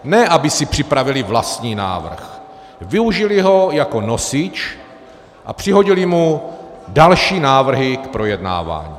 Ne aby si připravili vlastní návrh, využili ho jako nosič a přihodili mu další návrhy k projednávání.